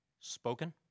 spoken